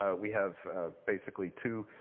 ah we have basically two,